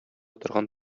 торган